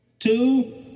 Two